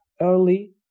early